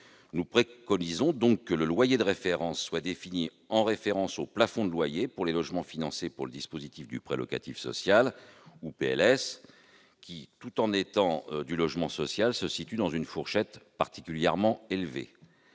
Nous préconisons donc que le loyer de référence soit défini par rapport au plafond de loyer pour les logements financés par le dispositif du prêt locatif social, le PLS, qui, tout en étant du logement social, se situent dans une fourchette particulièrement élevée.